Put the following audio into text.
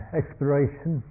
exploration